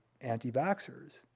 anti-vaxxers